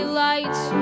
lights